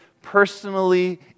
personally